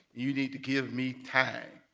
you need to give me time.